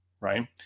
right